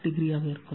8o ஆக இருக்கும்